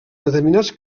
determinats